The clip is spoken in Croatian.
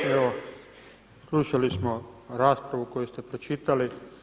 Evo slušali smo raspravu koju ste pročitali.